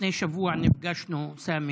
לפני שבוע נפגשנו, סמי,